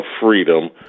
freedom